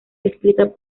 escritas